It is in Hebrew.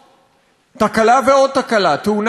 תקלה ועוד תקלה, תאונה ועוד תאונה,